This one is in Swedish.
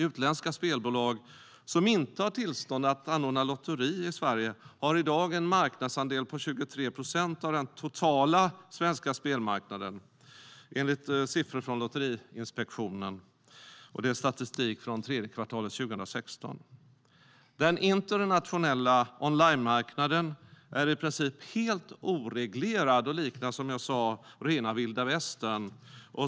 Utländska spelbolag, som inte har tillstånd att anordna lotteri i Sverige, har i dag en marknadsandel på 23 procent av den totala svenska spelmarknaden, enligt Lotteriinspektionens statistik från tredje kvartalet 2016. Den internationella onlinemarknaden är i princip helt oreglerad och liknar, som jag sa, rena vilda västern.